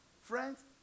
Friends